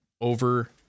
over